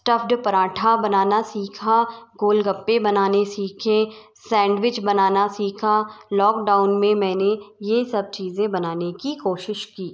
stuffed paratha बनाना सीखा गोल गप्पे बनाने सीखे सैंडविच बनाना सीखा लॉकडाउन में मैंने ये सब चीज़ें बनाने की कोशिश की